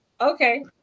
okay